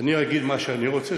אני אגיד מה שאני רוצה.